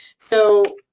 so,